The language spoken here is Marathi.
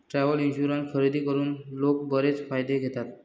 ट्रॅव्हल इन्शुरन्स खरेदी करून लोक बरेच फायदे घेतात